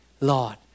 Lord